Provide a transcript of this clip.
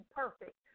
perfect